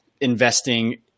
investing